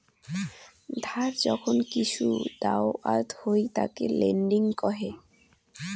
ধার যখন কিসু দাওয়াত হই তাকে লেন্ডিং কহে